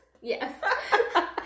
yes